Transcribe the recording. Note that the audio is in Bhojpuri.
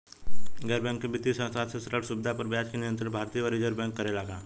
गैर बैंकिंग वित्तीय संस्था से ऋण सुविधा पर ब्याज के नियंत्रण भारती य रिजर्व बैंक करे ला का?